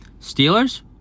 Steelers